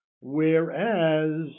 Whereas